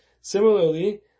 Similarly